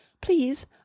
Please